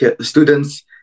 students